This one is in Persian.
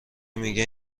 میگه